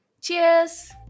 Cheers